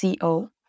co